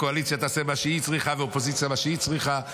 הקואליציה תעשה מה שהיא צריכה והאופוזיציה מה שהיא צריכה,